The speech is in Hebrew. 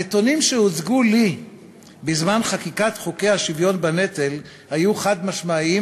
הנתונים שהוצגו לי בזמן חקיקת חוקי השוויון בנטל היו חד-משמעיים,